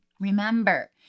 Remember